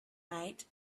night